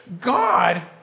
God